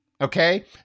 okay